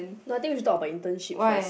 no I think we should talk about internship first